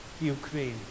Ukraine